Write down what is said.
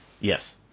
Yes